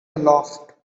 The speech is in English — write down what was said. aloft